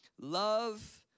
love